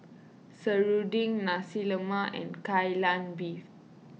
Serunding Nasi Lemak and Kai Lan Beef